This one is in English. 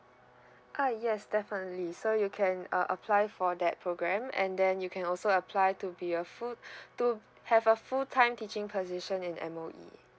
uh yes definitely so you can uh apply for that program and then you can also apply to be a full to have a full time teaching position in M_O_E